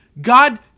God